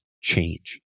change